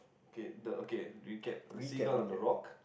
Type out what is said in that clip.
K the okay recap the sea ground on the rock